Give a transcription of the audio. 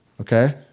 Okay